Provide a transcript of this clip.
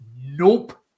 Nope